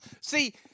See